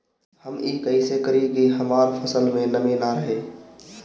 हम ई कइसे करी की हमार फसल में नमी ना रहे?